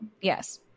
Yes